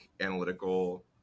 analytical